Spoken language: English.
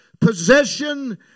Possession